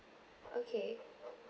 okay